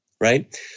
right